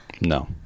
No